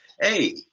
Hey